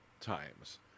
times